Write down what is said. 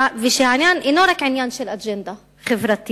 ושהעניין אינו רק עניין של אג'נדה חברתית-כלכלית.